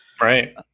Right